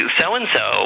so-and-so